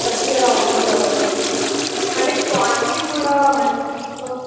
బట్టీ అలా ఉంటుందా మ్యాడమ్ అంటే క్వాంటిటీ కూడా మంచిగా ఉంటుందా మేడమ్